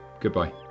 Goodbye